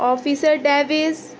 officer davis